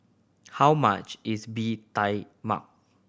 how much is Bee Tai Mak